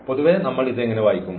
പൊതുവേ നമ്മൾ ഇത് എങ്ങനെ വായിക്കും